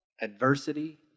adversity